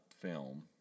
film